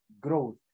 growth